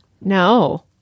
No